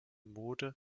mode